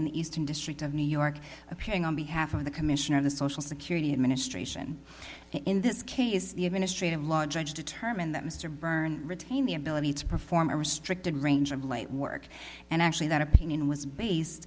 the eastern district of new york appearing on behalf of the commissioner of the social security administration in this case the administrative law judge determined that mr byrne retain the ability to perform a restricted range of light work and actually that opinion was based